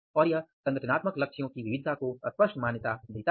और यह संगठनात्मक लक्ष्यों की विविधता को स्पष्ट मान्यता देता है